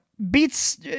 beats